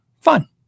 fun